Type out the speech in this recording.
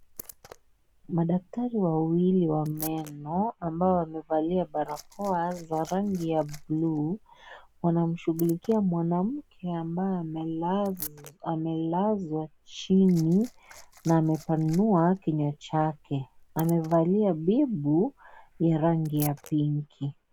Madaktari wawili wa maeneo ambao wamevalia barakoa za rangi ya bluu. Wanamshughulikia mwanamke ambaye amelazwa chini na amepanua kinywa chake. Amevalia bibu ya rangi ya pinki.